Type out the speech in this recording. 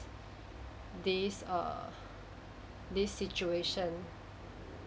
this err this situation